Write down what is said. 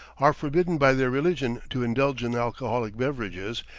are forbidden by their religion to indulge in alcoholic beverages,